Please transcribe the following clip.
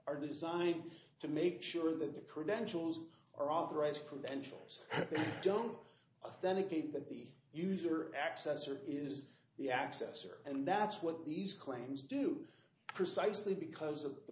are designed to make sure that the credentials are authorized credentials don't authentic aid that the user access or is the access or and that's what these claims do precisely because of the